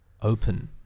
Open